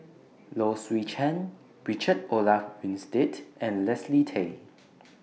Low Swee Chen Richard Olaf Winstedt and Leslie Tay